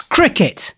Cricket